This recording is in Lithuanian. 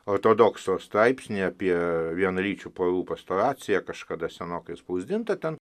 ortodokso straipsnį apie vienalyčių porų pastoraciją kažkada senokai išspausdintą ten